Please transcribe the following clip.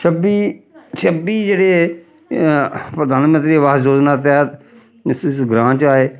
छब्बी छब्बी जेह्ड़े प्रधानमंत्री आवास योजना ते तैह्त इस इस ग्रां च आए